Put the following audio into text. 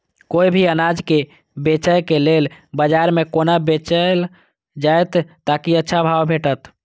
कोय भी अनाज के बेचै के लेल बाजार में कोना बेचल जाएत ताकि अच्छा भाव भेटत?